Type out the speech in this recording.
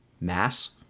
mass